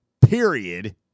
Period